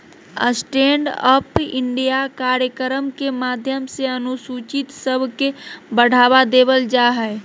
stand up India कार्यक्रम के माध्यम से अनुसूचित सब के बढ़ावा देवल जा हय